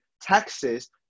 taxes